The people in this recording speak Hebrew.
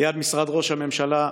ליד משרד ראש הממשלה,